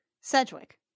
Sedgwick